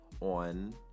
on